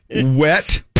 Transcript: wet